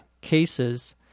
cases